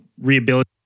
rehabilitate